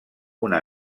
una